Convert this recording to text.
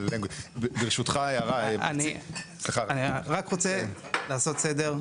ברשותך הערה --- אני רק רוצה לעשות סדר,